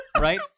right